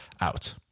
out